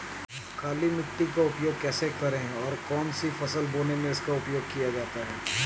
काली मिट्टी का उपयोग कैसे करें और कौन सी फसल बोने में इसका उपयोग किया जाता है?